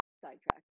sidetracked